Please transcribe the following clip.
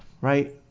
right